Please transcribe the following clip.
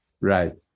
Right